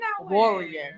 warrior